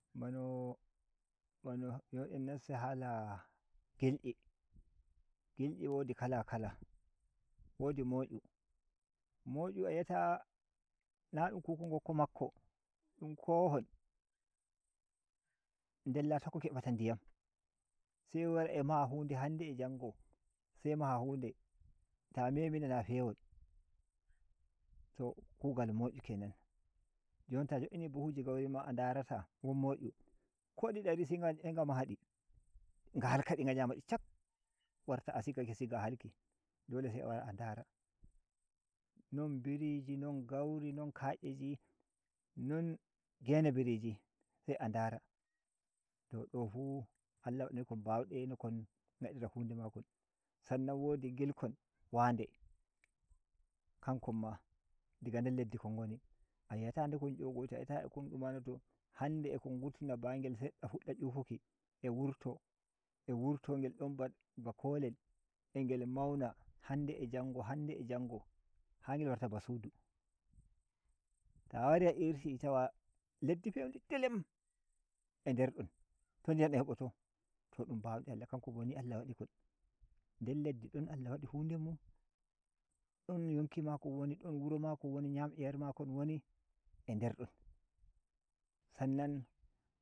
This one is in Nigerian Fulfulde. Bano Bano jon en nastai hala gil gil’yi wodi kala kala wodi mo ‘yu mo yu ayi ata nadum kowoho ngokko makko dun kowohon della took kebata ndiyam se wara a maha hu nde hande a jongo se maha hu nde ta memi nana pewol to kugal mo ‘yu kenan jon ta jo ‘ini buhuji gauri mada a ndarata won mo ‘yu ko di dari se nga mahadi nga halkadi nga ‘yamadi shak warta a sigake siga halki dole se a wara a ndara non biriji non gauri non ka’eji non gene biriji se a ndara to do fu Allah wadani dum bande no kon ngadira hunde makon sannan wodi ngilkon wan de kankon ma diga der leddi kon ngoni ayi ata nde kon ‘yogoita ayi ata nde kon dumanoto hanɗe a kon ngurtina a ngel sedda fudda ‘yufuki a wurto a wurto ngel don ba kolel a ngel mauna hande a jango hande a jango ha ngel warta ba sudu ta wari a irti tawa leddi pew ndi delem a nder don to ndiyan dam heɓoto to dun bauɗe Allah kankon bo ni Allah wadi kon der leddi don Allah wadi hu nde mun don yonki makon woni don wuro makon woni yam a yar makon woni a nder don sannan.